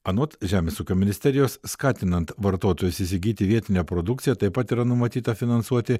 anot žemės ūkio ministerijos skatinant vartotojus įsigyti vietinę produkciją taip pat yra numatyta finansuoti